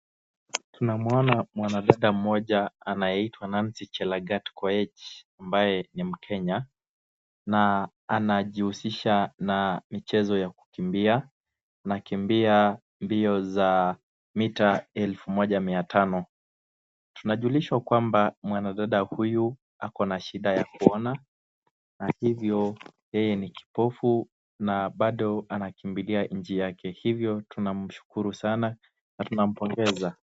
Tunamuona mwana dada mmoja anayeitwa Nancy Chelagat Koech, ambaye ni mkenya, na anajihusisha na mchezo wa kukimbia. Anakimbia mbio za mita elfu moja mia tano. Tunajulishwa kwamba mwana dada huyu ako na shida ya kuona na hivo yeye ni kipofu na bado anakimbilia nchi yake. Hivo tunamshukuru sanaa na tunampongeza.